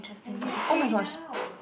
and he's free now